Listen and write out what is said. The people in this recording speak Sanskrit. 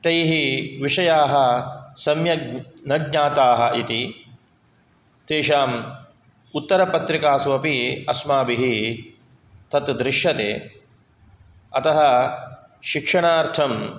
तैः विषयाः सम्यक् न ज्ञाताः इति तेषाम् उत्तरपत्रिकासु अपि अस्माभिः तत् दृश्यते अतः शिक्षणार्थं